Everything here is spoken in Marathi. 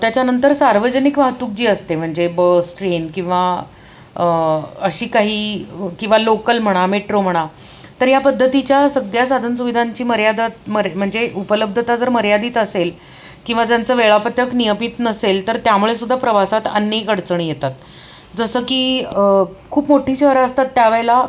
त्याच्यानंतर सार्वजनिक वाहतूक जी असते म्हणजे बस ट्रेन किंवा अशी काही किंवा लोकल म्हणा मेट्रो म्हणा तर या पद्धतीच्या सगळ्या साधनसुविधांची मर्यादा मर म्हणजे उपलब्धता जर मर्यादित असेल किंवा ज्यांचं वेळापत्रक नियमित नसेल तर त्यामुळे सुद्धा प्रवासात अनेक अडचणी येतात जसं की खूप मोठी शहरं असतात त्यावेळेला